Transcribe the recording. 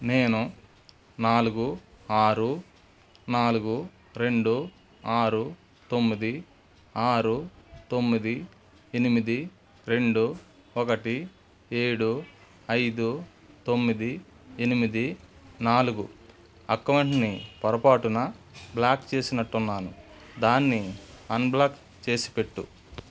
నేను నాలుగు ఆరు నాలుగు రెండు ఆరు తొమ్మిది ఆరు తొమ్మిది ఎనిమిది రెండు ఒకటి ఏడు ఐదు తొమ్మిది ఎనిమిది నాలుగు అకౌంట్ని పొరపాటున బ్లాక్ చేసినట్టున్నాను దాన్ని అన్బ్లాక్ చేసిపెట్టు